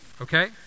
Okay